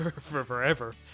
forever